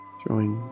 throwing